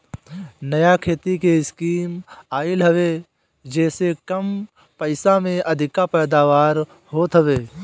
नया खेती के स्कीम आइल हवे जेसे कम पइसा में अधिका पैदावार होत हवे